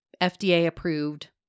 FDA-approved